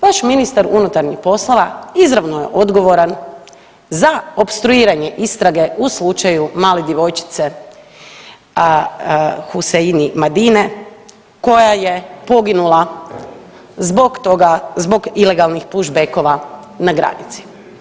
Vaš ministar unutarnjih poslova izravno je odgovoran za opstruiranje istrage u slučaju male djevojčice Hosseini Madine koja je poginula zbog toga, zbog ilegalnih pušbekova na granici.